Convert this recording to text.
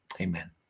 Amen